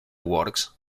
works